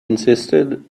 insisted